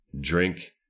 drink